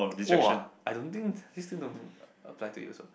!wah! I don't think this thing don't apply to you also